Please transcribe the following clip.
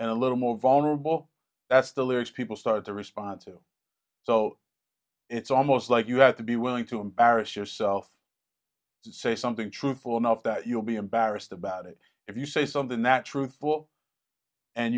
and a little more vulnerable that's the lyrics people started to respond to so it's almost like you have to be willing to embarrass yourself to say something truthful or not that you'll be embarrassed about it if you say something that truthful and